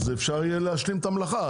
אז אפשר יהיה להשלים את המלאכה.